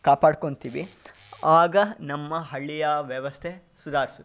ಕಾಪಾಡ್ಕೊಂತೀವಿ ಆಗ ನಮ್ಮ ಹಳ್ಳಿಯ ವ್ಯವಸ್ಥೆ ಸುಧಾರಿಸುತ್ತೆ